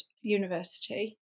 University